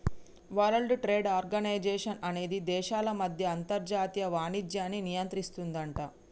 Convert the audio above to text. world Trade Organization అనేది దేశాల మధ్య అంతర్జాతీయ వాణిజ్యాన్ని నియంత్రిస్తుందట